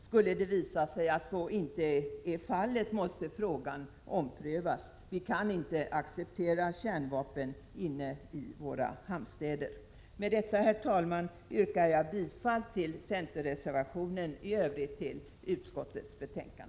Skulle det visa sig att så inte är fallet, måste frågan omprövas. Vi kan inte acceptera kärnvapen inne i våra hamnstäder. Med detta, herr talman, yrkar jag bifall till centerreservationen och i övrigt till utskottets hemställan.